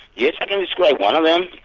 yes, i can describe one of them.